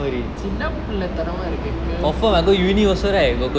சின்னப்புல தனமா இருக்கு:chinnapula thanama irukku curfew